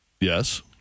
Yes